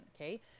okay